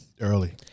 Early